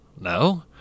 no